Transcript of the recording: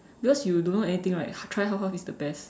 because you don't know anything right try half half is the best